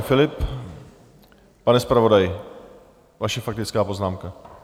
Pane zpravodaji, vaše faktická poznámka.